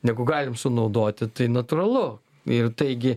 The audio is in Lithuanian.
negu galim sunaudoti tai natūralu ir taigi